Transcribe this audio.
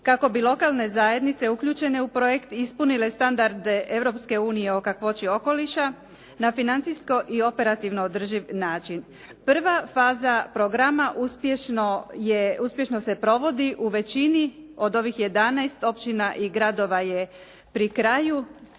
kako bi lokalne zajednice uključene u projekt ispunile standarde Europske unije o kakvoći okoliša na financijsko i operativno održiv način. Prva faza programa uspješno se provodi u većini od ovih jedanaest općina i gradova je pri kraju.